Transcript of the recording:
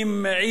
רוואבי,